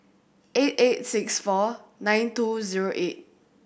eight eight six four nine two zero eight